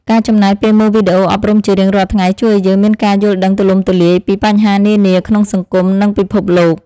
ការចំណាយពេលមើលវីដេអូអប់រំជារៀងរាល់ថ្ងៃជួយឱ្យយើងមានការយល់ដឹងទូលំទូលាយពីបញ្ហានានាក្នុងសង្គម និងពិភពលោក។